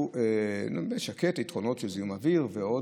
הוא שקט, עם יתרונות לעניין זיהום אוויר, עם יותר